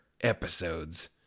episodes